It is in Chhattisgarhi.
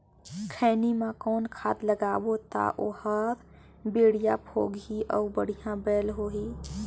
खैनी मा कौन खाद लगाबो ता ओहार बेडिया भोगही अउ बढ़िया बैल होही?